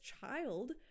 child